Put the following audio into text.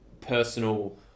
personal